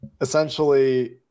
essentially